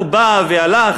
הוא בא והלך,